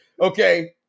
Okay